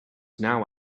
now